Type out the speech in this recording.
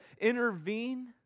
intervene